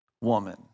woman